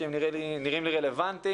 כי הם נראים לי רלוונטיים.